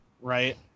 right